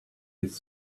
his